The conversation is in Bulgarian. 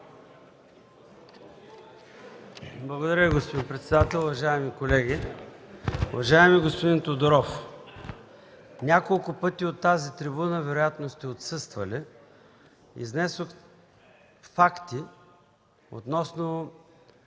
Благодаря Ви, господин председател. Уважаеми колеги! Уважаеми господин Тодоров, няколко пъти от тази трибуна – вероятно сте отсъствали, изнесох факти относно